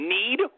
need